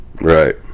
Right